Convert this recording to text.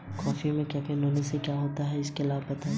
पौधों के लिए सबसे अच्छा उर्वरक कौन सा है?